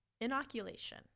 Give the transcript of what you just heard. inoculation